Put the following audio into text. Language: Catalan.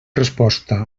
resposta